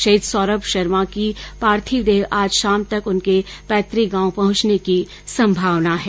शहीद सौरभ शर्मा की पार्थिव देह आज शाम तक उनके पैतृक गांव पहुंचने की संभावना है